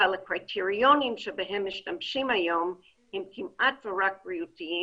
אבל הקריטריונים שבהם משתמשים היום הם כמעט ורק בריאותיים